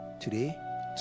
Today